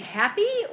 happy